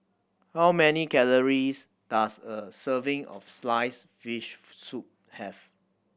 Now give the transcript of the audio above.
how many calories does a serving of sliced fish soup have